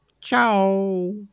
ciao